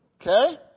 Okay